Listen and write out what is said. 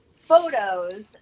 photos